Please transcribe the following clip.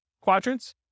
quadrants